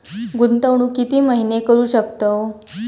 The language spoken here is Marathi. गुंतवणूक किती महिने करू शकतव?